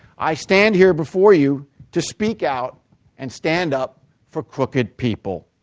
i stand here before you to speak out and stand up for crooked people.